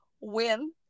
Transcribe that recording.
win